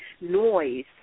noise